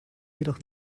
jedoch